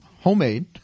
homemade